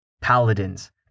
paladins